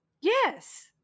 Yes